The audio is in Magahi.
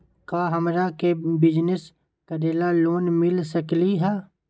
का हमरा के बिजनेस करेला लोन मिल सकलई ह?